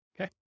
Okay